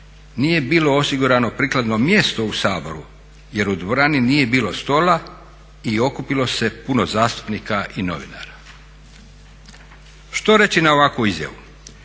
"Nije bilo osigurano prikladno mjesto u Saboru, jer u dvorani nije bilo stola i okupilo se puno zastupnika i novinara." Što reći na ovakvu izjavu?